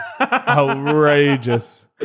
Outrageous